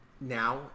now